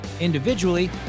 individually